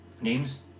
names